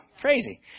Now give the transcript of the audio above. crazy